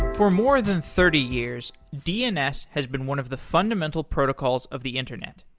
for more than thirty years, dns has been one of the fundamental protocols of the internet.